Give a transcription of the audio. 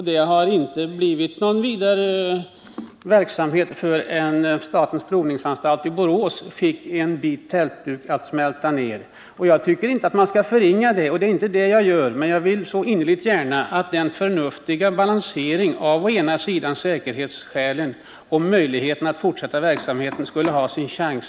Det har inte blivit någon vidare fart på den verksamheten förrän statens provningsanstalt i Borås fick en bit tältduk att smälta ned. Jag tycker inte att man skall förringa det — det är inte det jag gör — men jag vill så innerligt gärna att en förnuftig balansering mellan å ena sidan säkerhetskraven och å andra sidan möjligheten att fortsätta verksamheten skulle ha sin chans.